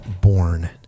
born